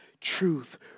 truth